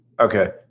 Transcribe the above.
Okay